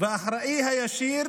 והאחראי הישיר